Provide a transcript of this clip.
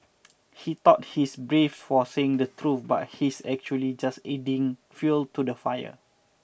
he thought he's brave for saying the truth but he's actually just adding fuel to the fire